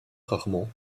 rarement